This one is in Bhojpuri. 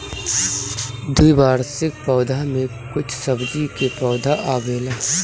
द्विवार्षिक पौधा में कुछ सब्जी के पौधा आवेला